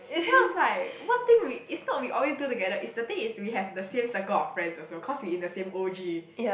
then I was like what thing we it's not we always do together it's the thing is we have the same circle of friends also cause we in the same O_G